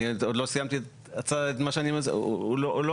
עוד לא סיימתי את מה שאני רוצה לומר.